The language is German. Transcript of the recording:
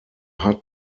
hat